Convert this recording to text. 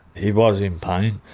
he was in pain.